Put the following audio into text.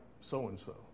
so-and-so